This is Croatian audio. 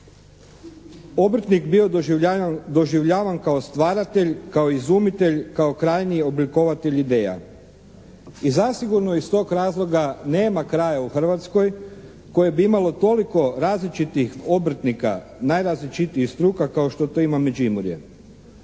obrtnik bio doživljavan kao stvaratelj, kao izumitelj, kao krajnji oblikovatelj ideja. I zasigurno je iz tog razloga nema kraja u Hrvatskoj koje bi imalo toliko različitih obrtnika najrazličitijih struka kao što to ima Međimurje.